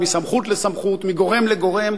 מסמכות לסמכות ומגורם לגורם,